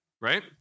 right